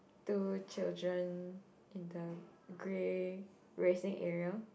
two children in the grey racing area